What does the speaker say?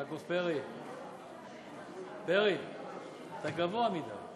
פרי, אתה גבוה מדי.